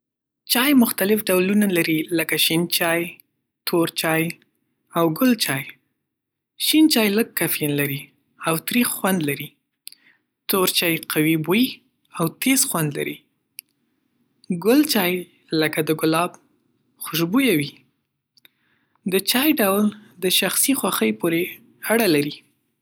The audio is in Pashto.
چای مختلف ډولونه لري لکه شین چای، تور چای، او ګل‌چای. شین چای لږ کافین لري او تریخ خوند لري. تور چای قوي بوی او تېز خوند لري. ګل‌چای لکه د ګلاب خوشبویه وي. د چای ډول د شخصي خوښې پورې اړه لري.